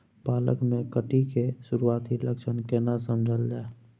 पालक में कीट के सुरआती लक्षण केना समझल जाय?